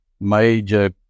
major